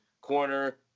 corner